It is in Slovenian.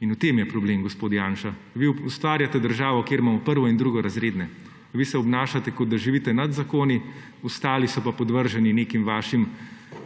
In v tem je problem, gospod Janša. Vi ustvarjate državo, kjer imamo prvo- in drugorazredne. Vi se obnašate, kot da živite nad zakoni, ostali so pa podvrženi nekim vašim